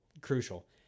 crucial